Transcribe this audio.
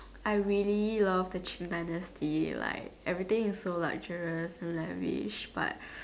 I really love the Qin dynasty like everything is so like generous and lavish but